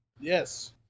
Yes